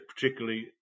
particularly